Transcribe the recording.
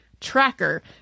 Tracker